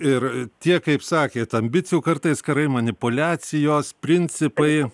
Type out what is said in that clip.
ir tie kaip sakėt ambicijų kartais karai manipuliacijos principai